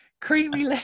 Creamy